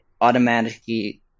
automatically